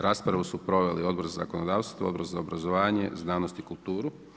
Raspravu su proveli Odbor za zakonodavstvo, Odbor za obrazovanje znanost i kulturu.